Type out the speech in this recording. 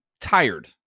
tired